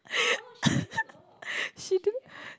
she didn't